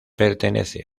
pertenece